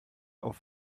auf